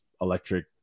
electric